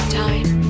time